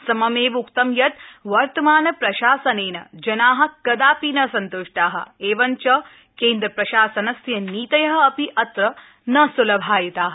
सममेव उक्तं यत् वर्तमानप्रशासनेन जना कदापि न संतुष्टा एवञ्च केन्द्रप्रशासनस्य नीतय अपि अत्र न सुलभायिता